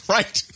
Right